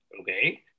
okay